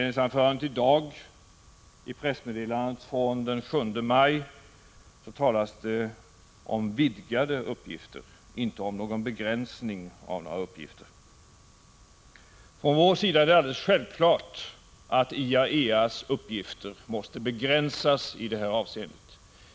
I pressmeddelandet från den 7 maj talas det om vidgade uppgifter för IAEA - inte om en begränsning av dem. För oss är det självklart att IAEA:s uppgifter måste begränsas i detta avseende.